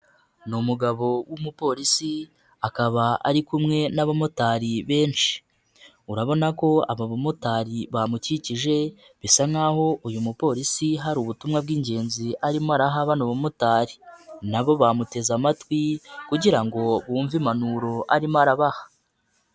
ni umugabo w'umupolisi akaba ari kumwe n'abamotari benshi, urabona ko aba bamotari bamukikije bisa nk'aho uyu mupolisi hari ubutumwa bw'ingenzi arimo araha bano bamotari na bo bamuteze amatwi kugira ngo bumve impanuro arimo arabaha.